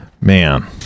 Man